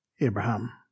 Abraham